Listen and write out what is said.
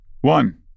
one